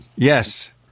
Yes